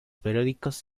periódicos